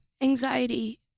anxiety